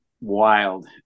wild